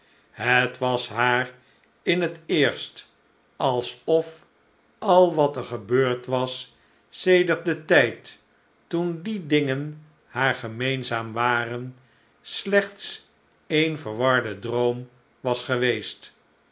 het was haar in t eerst alsof al wat er gebeurd was sedert den tijd toen die dingen haar gemeenzaam waren slechts een verwarde droom was geweest